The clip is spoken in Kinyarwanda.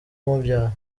umubyara